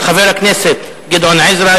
של חבר הכנסת גדעון עזרא,